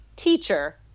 Teacher